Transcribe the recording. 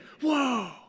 whoa